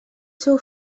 seu